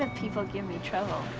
and people give me trouble.